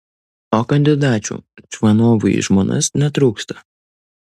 o kandidačių čvanovui į žmonas netrūksta